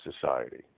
society